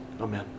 amen